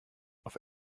auf